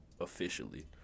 officially